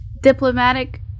Diplomatic